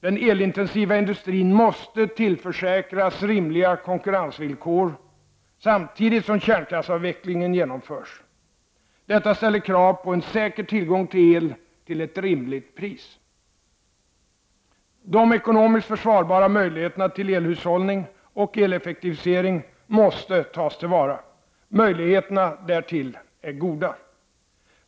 Den elintensiva industrin måste tillförsäkras rimliga konkurrensvillkor samtidigt som kärnkraftsavvecklingen genomförs. Detta ställer krav på en säker tillgång till el till ett rimligt pris. De ekonomiskt försvarbara möjigheterna till elhushållning och eleffektivisering måste tas till vara. Möjligheterna därtill är goda.